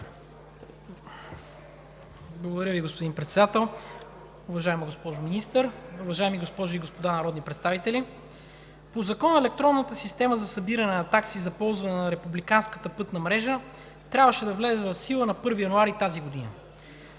Благодаря Ви, господин Председател. Уважаема госпожо Министър, уважаеми госпожи и господа народни представители! По закон Електронната система за събиране на такси за ползване на републиканската пътна мрежа трябваше да влезе в сила на 1 януари тази година.